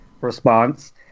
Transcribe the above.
response